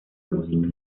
música